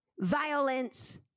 violence